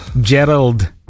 gerald